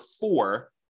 four